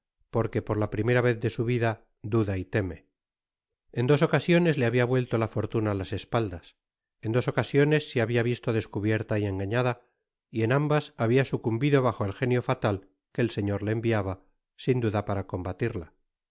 porque por la primera vez de su vida duda y teme en dos ocasiones le habia vuelto la fortuna las espaldas en dos ocasiones se habia visto descubierta y engañada y en ambas habia sncumbido bajo el genio fatal que el señor le enviaba sin duda para combatirla